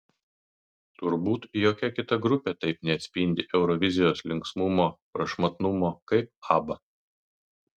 turbūt jokia kita grupė taip neatspindi eurovizijos linksmumo prašmatnumo kaip abba